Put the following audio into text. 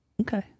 Okay